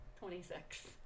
26